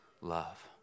love